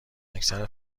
اکثر